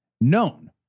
known